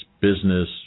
business